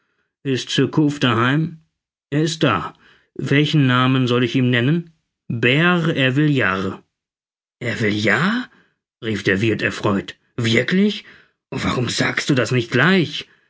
ist surcouf daheim er ist da welchen namen soll ich ihm nennen bert ervillard ervillard rief der wirth erfreut wirklich o warum sagtest du das nicht gleich